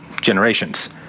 generations